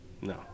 No